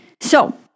So-